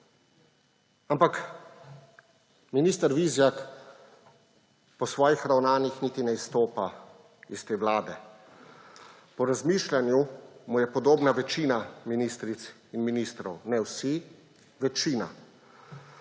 Ampak minister Vizjak po svojih ravnanjih niti ne izstopa iz te vlade. Po razmišljanju mu je podobna večina ministric in ministrov. Ne vsi, večina.